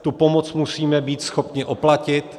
Tu pomoc musíme být schopni oplatit.